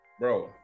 bro